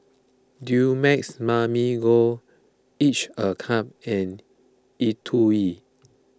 Dumex Mamil Gold Each A Cup and E twow